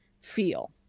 feel